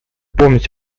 помнить